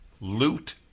Loot